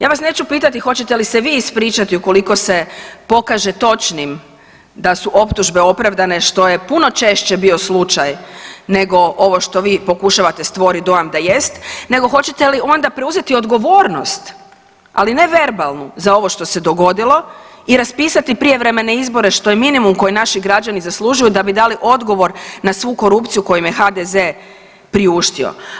Ja vas neću pitati hoćete li se vi ispričati ukoliko se pokaže točnim da su optužbe opravdane, što je puno češće bio slučaj nego ovo što vi pokušavate stvoriti dojam da jeste, nego hoćete li onda preuzeti odgovornost, ali ne verbalnu za ovo što se dogodilo i raspisati prijevremene izbore što je minimum koji naši građani zaslužuju da bi dali odgovor na svu korupciju koju im je HDZ priuštio?